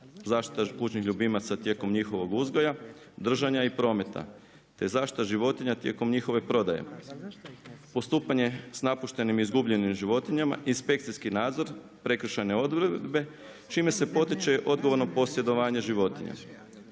zaštita kućnih ljubimaca tijekom njihovog uzgoja, držanja i prometa, te zaštita životinja tijekom njihove prodaje. Postupanje s napuštenim i izgubljenim životinjama, inspekcijski nadzor, prekršajne odredbe, čime se potiče odgovorno posjedovanje životinja.